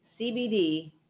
CBD